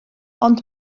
ond